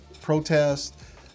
protests